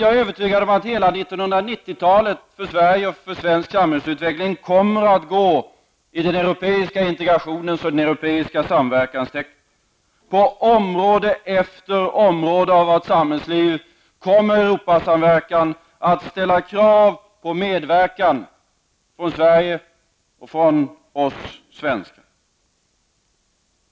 Jag är övertygad om att hela 1990-talet för Sverige och för svensk samhällsutveckling kommer att gå i den europeiska integrationens och den europeiska samverkans tecken. På område efter område av vårt samhällsliv kommer Europasamverkan att ställa krav på medverkan från Sverige och från oss svenskar.